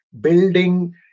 building